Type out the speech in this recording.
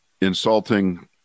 insulting